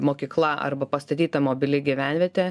mokykla arba pastatyta mobili gyvenvietė